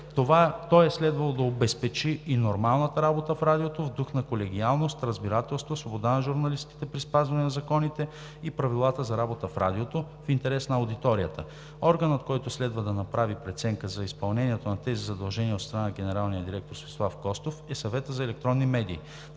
Той е следвало да обезпечи и нормалната работа в Радиото в дух на колегиалност, разбирателство, свобода на журналистите при спазване на законите и правилата за работа в Радиото, в интерес на аудиторията. Органът, който следва да направи преценка за изпълнението на тези задължения от страна на генералния директор Светослав Костов, е Съветът за електронни медии.